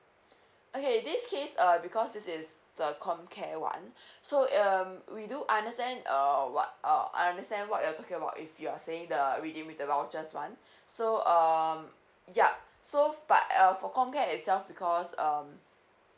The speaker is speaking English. okay this case err because this is the comcare one so um we do understand uh what uh I understand what you're talking about if you're saying the redeem with the vouchers one so um yup so but uh for comcare itself because um